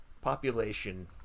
Population